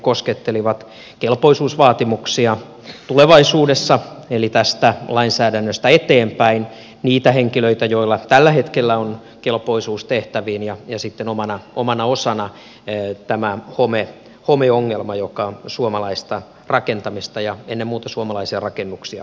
ne koskettelivat kelpoisuusvaatimuksia tulevaisuudessa eli tästä lainsäädännöstä eteenpäin niitä henkilöitä joilla tällä hetkellä on kelpoisuus tehtäviin ja sitten omana osana tätä homeongelmaa joka suomalaista rakentamista ja ennen muuta suomalaisia rakennuksia vaivaa